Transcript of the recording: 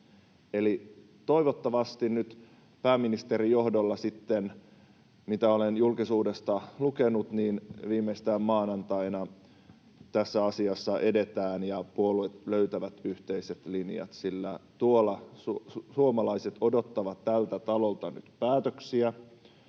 Eli toivottavasti nyt pääministerin johdolla sitten, mitä olen julkisuudesta lukenut, viimeistään maanantaina tässä asiassa edetään ja puolueet löytävät yhteiset linjat, sillä tuolla suomalaiset odottavat tältä talolta nyt päätöksiä.